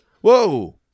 Whoa